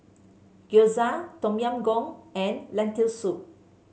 Gyoza Tom Yam Goong and Lentil Soup